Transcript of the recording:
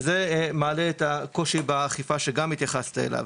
וזה מעלה את הקושי באכיפה שגם התייחסת אליו.